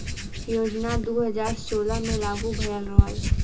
योजना दू हज़ार सोलह मे लागू भयल रहल